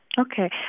Okay